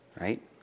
Right